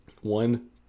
One